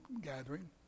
gathering